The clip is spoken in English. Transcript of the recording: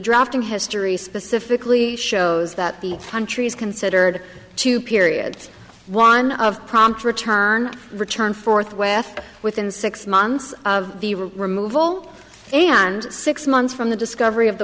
drafting history specifically shows that the country is considered to period one of prompt return return forthwith within six months of the removal and six months from the discovery of the